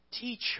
Teacher